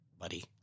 buddy